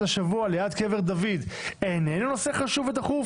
השבוע ליד קבר דוד איננו נושא דחוף וחשוב?